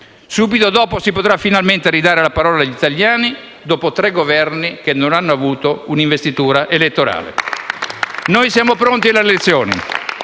Subito dopo si potrà finalmente ridare la parola agli italiani, dopo tre Governi che non hanno avuto un'investitura elettorale. *(Applausi dal Gruppo